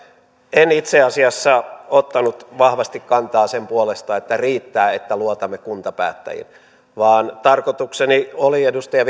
en itse asiassa ottanut vahvasti kantaa sen puolesta että riittää että luotamme kuntapäättäjiin vaan tarkoitukseni oli edustaja